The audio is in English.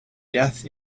death